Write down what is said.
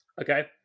okay